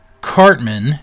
Cartman